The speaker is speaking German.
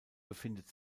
befindet